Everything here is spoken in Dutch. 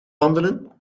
wandelen